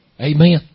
Amen